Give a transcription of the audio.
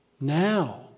now